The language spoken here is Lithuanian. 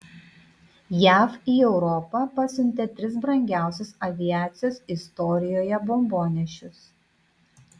jav į europą pasiuntė tris brangiausius aviacijos istorijoje bombonešius